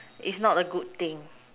is not a good thing